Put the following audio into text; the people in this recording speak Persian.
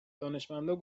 دانشمندا